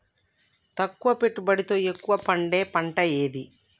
తక్కువ పెట్టుబడితో ఎక్కువగా పండే పంట ఏది?